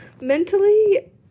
mentally